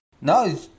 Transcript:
No